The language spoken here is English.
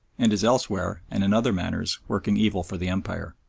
and is elsewhere, and in other manners, working evil for the empire.